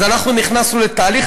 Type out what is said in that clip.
אז אנחנו נכנסנו לתהליך,